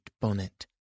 bonnet